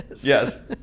Yes